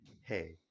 Hey